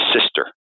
sister